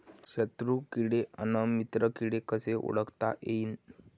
शत्रु किडे अन मित्र किडे कसे ओळखता येईन?